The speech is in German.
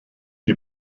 die